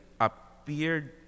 appeared